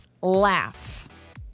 Laugh